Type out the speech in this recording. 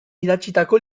idatzitako